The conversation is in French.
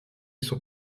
son